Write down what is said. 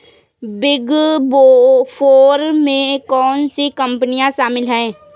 Big four में कौन सी कंपनियाँ शामिल हैं?